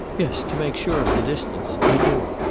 yes to make sure of the distance. i do.